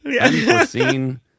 Unforeseen